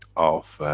of.